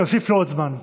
אני אוסיף לו עוד זמן.